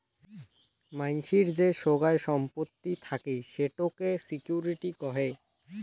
মানসির যে সোগায় সম্পত্তি থাকি সেটোকে সিকিউরিটি কহে